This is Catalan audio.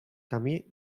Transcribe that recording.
camí